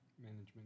Management